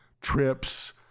trips